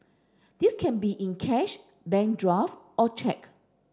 this can be in cash bank draft or cheque